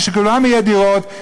כשלכולם יהיו דירות,